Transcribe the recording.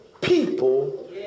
people